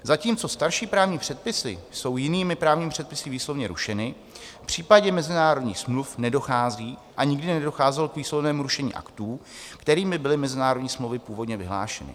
Zatímco starší právní předpisy jsou jinými právními předpisy výslovně rušeny, v případě mezinárodních smluv nedochází a nikdy nedocházelo k výslovnému rušení aktů, kterými byly mezinárodní smlouvy původně vyhlášeny.